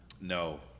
No